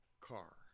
car